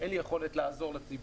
אין לי יכולת לעזור לציבור,